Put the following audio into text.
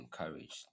encouraged